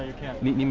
cantonese